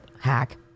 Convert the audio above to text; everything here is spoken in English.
Hack